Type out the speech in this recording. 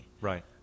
Right